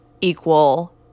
equal